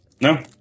No